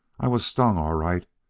i was stung, all right,